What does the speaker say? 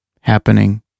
happening